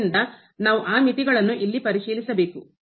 ಆದ್ದರಿಂದ ನಾವು ಆ ಮಿತಿಗಳನ್ನು ಇಲ್ಲಿ ಪರಿಶೀಲಿಸಬೇಕು